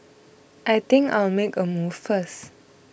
I think I'll make a move first